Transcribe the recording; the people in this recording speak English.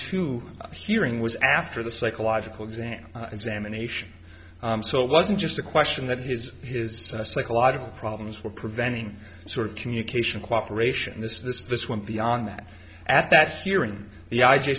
to hearing was after the psychological exam examination so it wasn't just a question that he's a psychological problems we're preventing sort of communication cooperation this this this went beyond that at that hearing the i